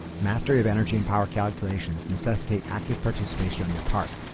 mastery of energy and power calculations necessitate active participation on your part.